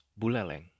Buleleng